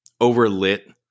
overlit